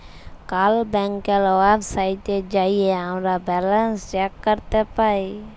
call ব্যাংকের ওয়েবসাইটে যাঁয়ে আমরা ব্যাল্যান্স চ্যাক ক্যরতে পায়